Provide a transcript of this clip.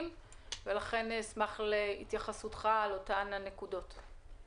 ולכן אשמח להתייחסותך על הנקודות האלה.